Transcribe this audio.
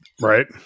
Right